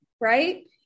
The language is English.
right